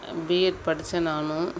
BEd படித்தேன் நானும்